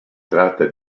tratta